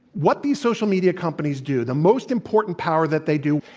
what these social media companies do, the most important power that they do